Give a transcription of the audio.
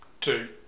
two